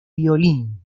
violín